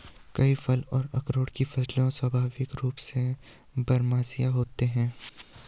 कई फल और अखरोट की फसलें स्वाभाविक रूप से बारहमासी होती हैं